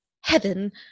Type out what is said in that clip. heaven